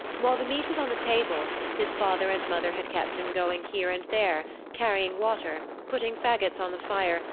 while the meat was on the table his father and mother had kept him going here and there, carrying water, putting fagots on the fire,